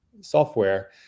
software